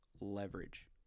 leverage